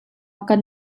kan